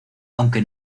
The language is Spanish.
aunque